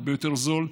הרבה יותר זול,